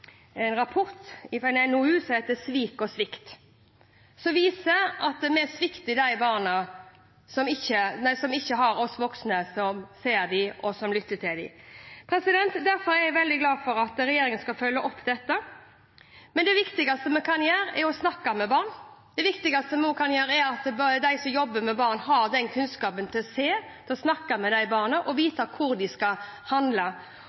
en rapport, en NOU som heter Svikt og svik, som viser at vi svikter de barna som ikke har voksne som ser dem og lytter til dem. Derfor er jeg veldig glad for at regjeringen skal følge opp dette. Men det viktigste vi kan gjøre, er å snakke med barn og sørge for at de som jobber med barn, har kunnskap, ser og snakker med barna og vet hvordan de skal handle.